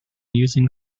using